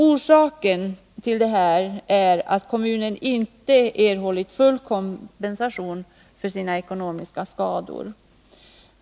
Orsaken till detta är att kommunen inte erhållit full kompensation för sina ekonomiska skador.